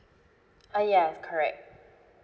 uh ya is correct